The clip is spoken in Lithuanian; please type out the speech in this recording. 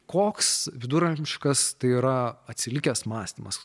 koks viduramžiškas tai yra atsilikęs mąstymas